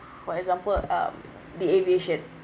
for example um the aviation